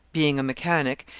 being a mechanic,